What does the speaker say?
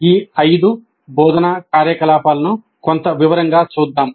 ఈ ఐదు బోధనా కార్యకలాపాలను కొంత వివరంగా చూద్దాం